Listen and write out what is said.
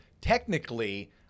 Technically